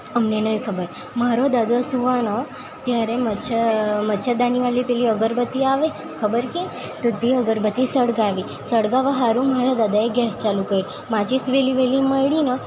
અમને નઇ ખબર મારો દાદો સૂવાનો ત્યારે મચ્છર દાની વાળી પેલી અગરબત્તી આવે ખબર કે તો તે અગરબત્તી સળગાવી સળગાવા હારું મારા દાદાએ ગેસ ચાલુ કર્યો માચીસ વેલી વેલી મળી નહીં